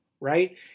right